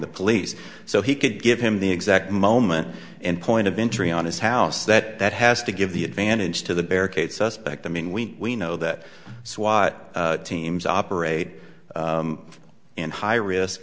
the police so he could give him the exact moment and point of entry on his house that that has to give the advantage to the barricade suspect i mean we we know that swat teams operate in high risk